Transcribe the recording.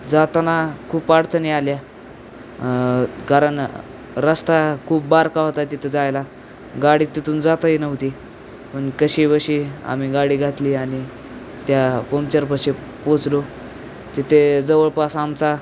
जाताना खूप अडचणी आल्या कारण रस्ता खूप बारका होता तिथं जायला गाडी तिथून जाताही नव्हती पण कशीबशी आम्ही गाडी घातली आणि त्या पंचरपाशी पोचलो तिथे जवळपास आमचा